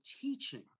teaching